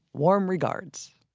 warm regards.